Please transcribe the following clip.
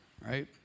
right